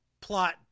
plot